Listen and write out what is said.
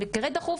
זה מקרה דחוף,